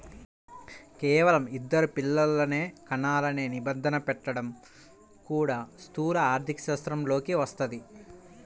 కేవలం ఇద్దరు పిల్లలనే కనాలనే నిబంధన పెట్టడం కూడా స్థూల ఆర్థికశాస్త్రంలోకే వస్తది